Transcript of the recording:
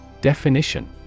Definition